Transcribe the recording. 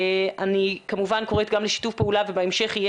אני כמובן קוראת גם לשיתוף פעולה ובהמשך יהיה